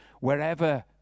wherever